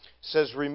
says